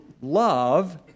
love